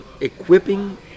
equipping